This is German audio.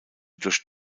durch